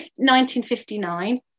1959